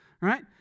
right